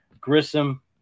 Grissom